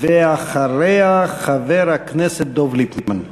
ואחריה, חבר הכנסת דב ליפמן.